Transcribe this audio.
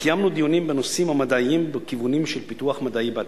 וקיימנו דיונים בנושאים המדעיים ובכיוונים של פיתוח מדעי בעתיד.